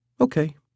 Okay